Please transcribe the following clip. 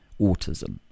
Autism